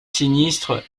sinistres